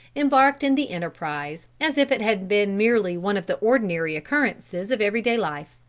embarked in the enterprise as if it had been merely one of the ordinary occurrences of every-day life.